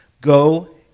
Go